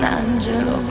angelo